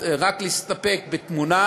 ויסתפק רק בתמונה,